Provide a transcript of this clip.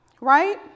right